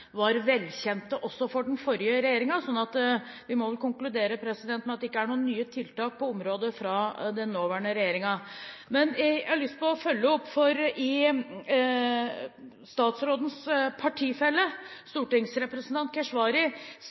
var velkjente også for den forrige regjeringen. Så vi må vel konkludere med at det ikke er noen nye tiltak på området fra den nåværende regjeringen. Men jeg har lyst til å følge opp dette litt, for statsrådens partifelle stortingsrepresentant Keshvari